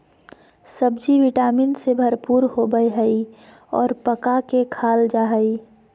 सब्ज़ि vitamin से भरपूर होबय हइ और पका के खाल जा हइ